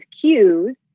cues